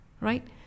Right